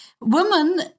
women